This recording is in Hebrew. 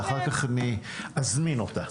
ואחר כך אני אזמין אותה.